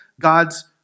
God's